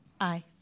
Aye